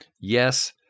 yes